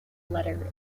letter